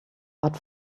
but